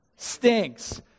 stinks